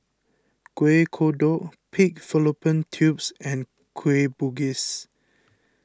Kuih Kodok Pig Fallopian Tubes and Kueh Bugis